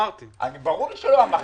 ברור שלא אמרת.